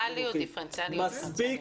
מספיק